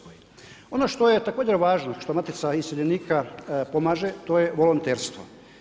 Ono što je također važno, što Matica iseljenika pomaže, to je volonterstvo.